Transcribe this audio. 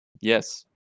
Yes